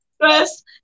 Stress